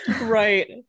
right